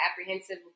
apprehensive